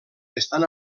estan